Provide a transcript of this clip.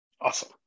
awesome